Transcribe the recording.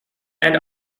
and